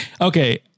okay